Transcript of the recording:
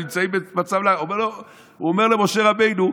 הוא אומר למשה רבנו: